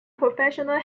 professional